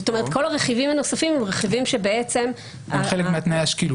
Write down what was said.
זאת אומרת כל הרכיבים הנוספים הם רכיבים ש --- הם חלק מתנאי השקילות.